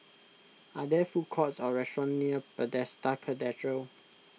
are there food courts or restaurants near Bethesda Cathedral